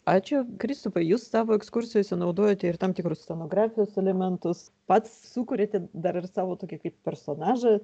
ačiū kristupai jūs savo ekskursijose naudojote ir tam tikrus scenografijos elementus pats sukuriate dar ir savo tokį kaip ir personažą